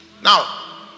Now